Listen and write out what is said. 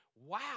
Wow